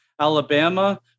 Alabama